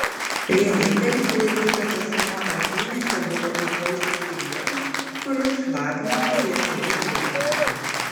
vienintelis sulaikytas asmuo eitynėse buvo įkaušęs pilietis kuris šlapinosi viešoje vietoje